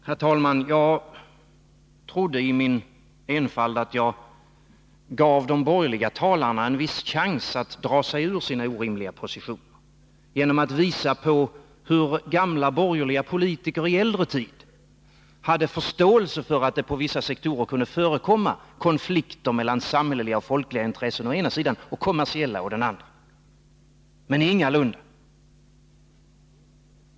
Herr talman! Jag trodde i min enfald att jag gav de borgerliga talarna en viss chans att dra sig ur sin orimliga position genom att visa på hur gamla borgerliga politiker i äldre tid hade förståelse för att det inom vissa sektorer kunde förekomma konflikter mellan samhälleliga och folkliga intressen å ena sidan och kommersiella å den andra — men så är ingalunda fallet.